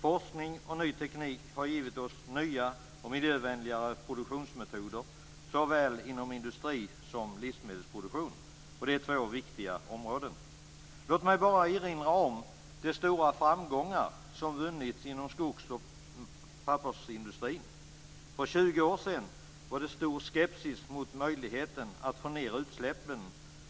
Forskning och ny teknik har givit oss nya och miljövänligare produktionsmetoder såväl inom industri som livsmedelsproduktion. Det är två viktiga områden. Låt mig bara erinra om de stora framgångar som vunnits inom skogs och pappersindustrin. För 20 år sedan var det stor skepsis mot möjligheten att få ned utsläppen